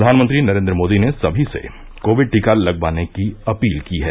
प्रधानमंत्री नरेन्द्र मोदी ने सभी से कोविड टीका लगवाने की अपील की है